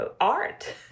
art